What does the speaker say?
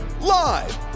Live